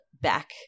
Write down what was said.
back